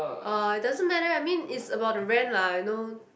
uh it doesn't matter I mean it's about the rent lah you know